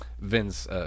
Vince